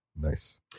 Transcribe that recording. Nice